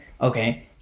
okay